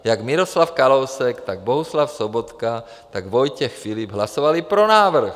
Jak Miroslav Kalousek, tak Bohuslav Sobotka, tak Vojtěch Filip hlasovali pro návrh.